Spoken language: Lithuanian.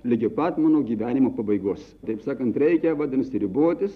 ligi pat mano gyvenimo pabaigos taip sakant reikia vadinasi ribotis